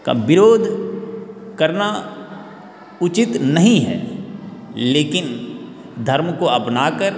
का विरोध करना उचित नहीं है लेकिन धर्म को अपना कर